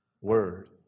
word